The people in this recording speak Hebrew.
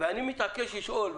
אני מתעקש לשאול.